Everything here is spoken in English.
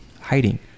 hiding